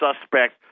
suspect